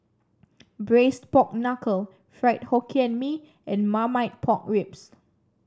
Braised Pork Knuckle Fried Hokkien Mee and Marmite Pork Ribs